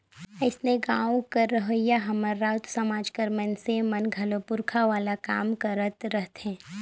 अइसने गाँव कर रहोइया हमर राउत समाज कर मइनसे मन घलो पूरखा वाला काम करत रहथें